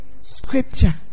Scripture